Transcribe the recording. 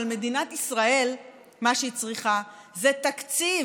אבל מה שמדינת ישראל צריכה זה תקציב,